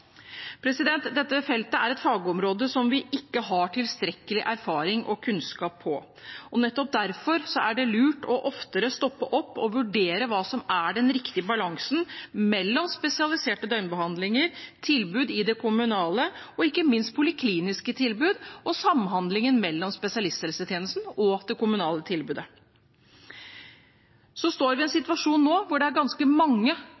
Dette feltet er et fagområde som vi ikke har tilstrekkelig erfaring og kunnskap om, og nettopp derfor er det lurt å stoppe opp oftere og vurdere hva som er den riktige balansen mellom spesialiserte døgnbehandlinger, tilbud i det kommunale og ikke minst polikliniske tilbud og samhandlingen mellom spesialisthelsetjenesten og det kommunale tilbudet. Vi står nå i en situasjon hvor det er ganske mange